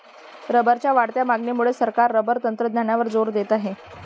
रबरच्या वाढत्या मागणीमुळे सरकार रबर तंत्रज्ञानावर जोर देत आहे